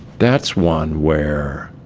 that's one where